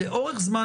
אבל לאורך זמן,